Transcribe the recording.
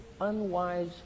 unwise